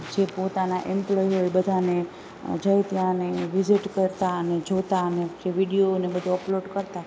જે પોતાનાં એમ્પ્લોયી હોય એ બધાને જાઉં ત્યાં ને વિઝિટ કરતાં ને જોતાને વિડિઓ ને બધું અપલોડ કરતાં